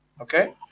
okay